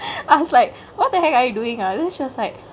I was like what the heck are you doingk ah then she was like